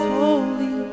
holy